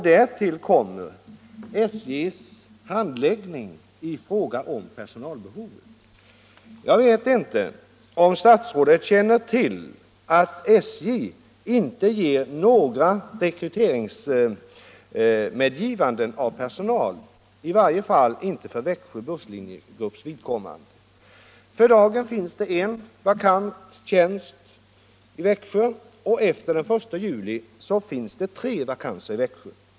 Därtill kommer SJ:s handläggning av frågan om personalbehovet. Jag vet inte om statsrådet känner till att SJ inte ger några medgivanden till rekrytering av personal, i varje fall inte för Växjö busslinjegrupps vidkommande. För dagen finns det en vakant tjänst i Växjö, och efter den 1 juli kommer det att finnas tre vakanser i Växjö.